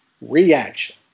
reaction